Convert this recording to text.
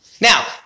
now